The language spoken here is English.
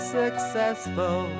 successful